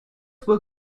were